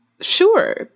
Sure